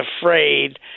afraid